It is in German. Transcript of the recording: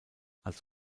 als